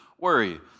worry